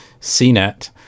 CNET